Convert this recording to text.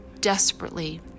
desperately